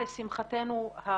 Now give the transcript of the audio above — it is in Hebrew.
לשמחתנו.